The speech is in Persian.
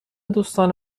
دوستان